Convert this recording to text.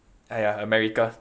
!aiya! america